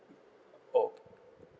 oh